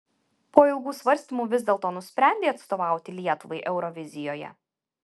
po ilgų svarstymų vis dėlto nusprendei atstovauti lietuvai eurovizijoje